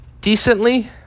decently